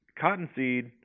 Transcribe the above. Cottonseed